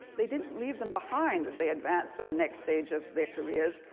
they didn't leave them behind as they advanced to the next stage of their careers.